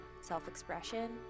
self-expression